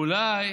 אולי